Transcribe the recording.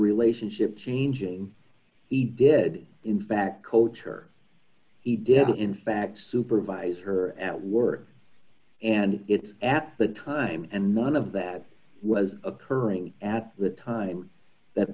relationship changing he did in fact coach d her he did in fact supervise her at work and it's at that time and none of that was occurring at the time that